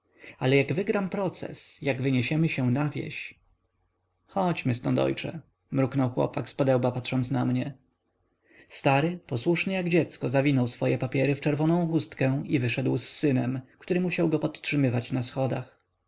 ale jak wygram proces jak wyniesiemy się na wieś chodźmy ztąd ojcze mruknął chłopak zpodełba patrząc na mnie stary posłuszny jak dziecko zawinął swoje papiery w czerwoną chustkę i wyszedł z synem który musiał go podtrzymywać na schodach